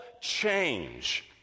change